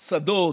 שדות,